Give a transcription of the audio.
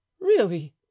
Really